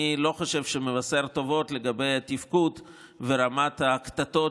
אני לא חושב שמבשר טובות על התפקוד ורמת הקטטות,